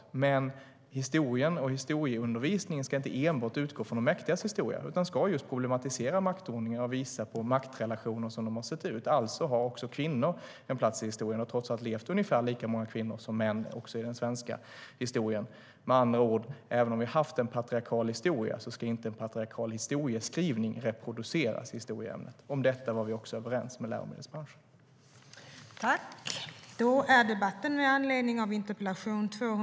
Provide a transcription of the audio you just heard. Men historien och historieundervisningen ska inte enbart utgå från de mäktigas historia utan ska just problematisera maktordningar och visa på hur maktrelationer har sett ut. Alltså har också kvinnor en plats i historien. Det har trots allt levt ungefär lika många kvinnor som män även i den svenska historien. Överläggningen var härmed avslutad.